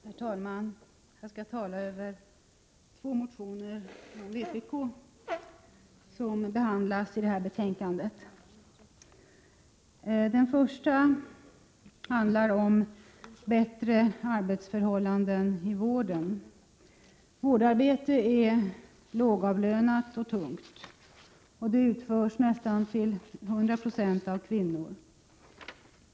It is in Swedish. Herr talman! Jag skall tala om de två motioner från vpk som behandlas i detta betänkande. Den första motionen handlar om bättre arbetsförhållanden i vården. Vårdarbetet är lågavlönat och tungt. Det utförs till nästan hundra procent av kvinnor.